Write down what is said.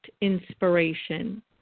inspiration